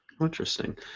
Interesting